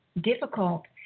difficult